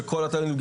שכל התלמידים,